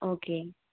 okay